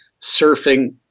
surfing